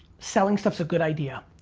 selling stuff's a good idea.